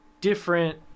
different